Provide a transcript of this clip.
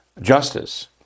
justice